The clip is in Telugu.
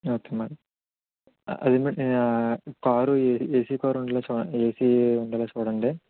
ఓకే మేడమ్ అదే మేడమ్ కారు ఏసీ కార్ ఉండేలా చూడన్ ఏసీ ఉండేలా చూడండి